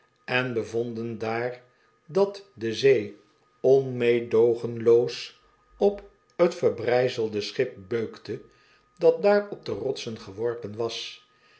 en bevonden daar dat de zee onmeedoogenloos op t verbrijzelde schip beukte dat daar op de rotsen geworpen was